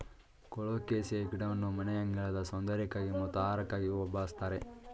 colocasia ಗಿಡವನ್ನು ಮನೆಯಂಗಳದ ಸೌಂದರ್ಯಕ್ಕಾಗಿ ಮತ್ತು ಆಹಾರಕ್ಕಾಗಿಯೂ ಬಳ್ಸತ್ತರೆ